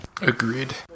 Agreed